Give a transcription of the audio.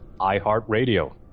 iHeartRadio